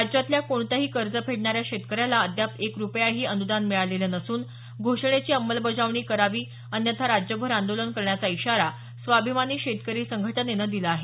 राज्यातल्या कोणत्याही कर्ज फेडणाऱ्या शेतकऱ्याला अद्याप एक रुपयाही अनुदान मिळालेलं नसून घोषणेची अमंलबजावणी करावी अन्यथा राज्यभर आंदोलन करण्याचा इशारा स्वाभिमानी शेतकरी संघटनेनं दिला आहे